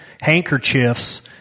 handkerchiefs